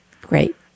Great